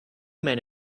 men